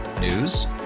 News